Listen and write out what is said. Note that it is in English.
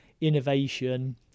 innovation